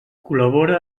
col·labora